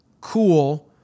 cool